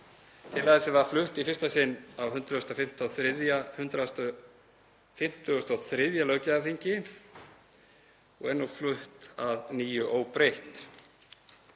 Tillaga þessi var flutt í fyrsta sinn á 153. löggjafarþingi og er nú flutt að nýju óbreytt.